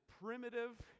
primitive